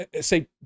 say